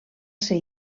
ser